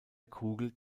kugel